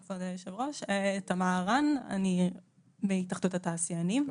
אני מהתאחדות התעשיינים,